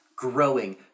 Growing